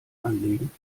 anlegen